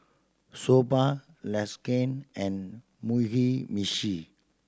Soba Lasagne and Mugi Meshi